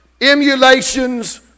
emulations